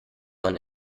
man